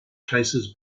cases